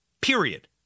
period